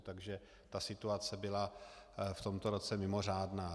Takže situace byla v tomto roce mimořádná.